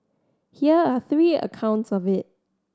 here are three accounts of it